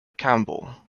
campbell